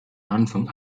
anfang